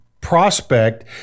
Prospect